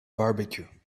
barbecue